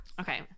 Okay